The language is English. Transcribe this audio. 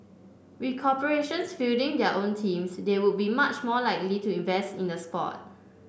with corporations fielding their own teams they would be much more likely to invest in the sport